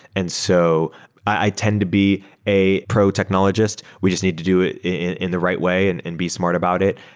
and so i tend to be a pro-technologist. we just need to do it in the right way and and be smart about it.